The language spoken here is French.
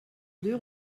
deux